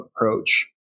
approach